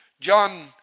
John